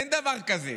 אין דבר כזה.